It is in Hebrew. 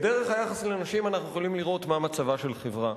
דרך היחס לנשים אנחנו יכולים לראות מה מצבה של החברה.